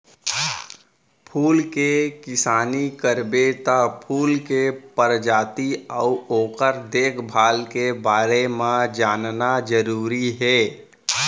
फूल के किसानी करबे त फूल के परजाति अउ ओकर देखभाल के बारे म जानना जरूरी हे